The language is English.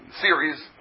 series